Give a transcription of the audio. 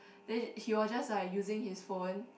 then he was just like using his phone